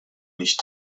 nicht